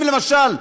אם למשל,